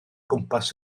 gwmpas